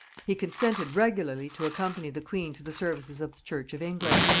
he consented regularly to accompany the queen to the services of the church of england,